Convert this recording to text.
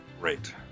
great